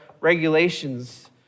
regulations